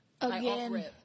Again